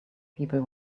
people